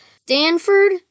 Stanford